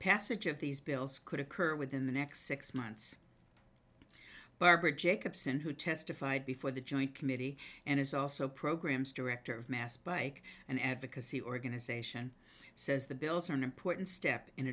passage of these bills could occur within the next six months barbara jacobson who testified before the joint committee and is also programs director of mass bike and advocacy organization says the bills are an important step in